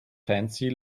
fancy